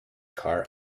car